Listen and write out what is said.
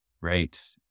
right